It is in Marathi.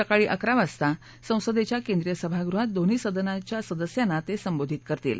सकाळी अकरा वाजता संसदेच्या केंद्रीय सभागृहात दोन्ही सदनाच्या सदस्यांना ते संबोधित करतील